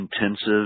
intensive